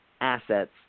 assets